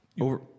over